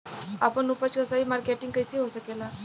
आपन उपज क सही मार्केटिंग कइसे हो सकेला?